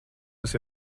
tas